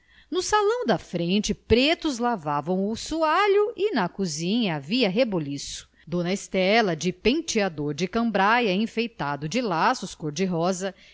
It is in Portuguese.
no salão da frente pretos lavavam o soalho e na cozinha havia rebuliço dona estela de penteador de cambraia enfeitado de laços cor-de-rosa era lobrigada de relance